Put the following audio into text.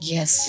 Yes